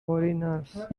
foreigners